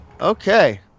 Okay